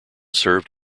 served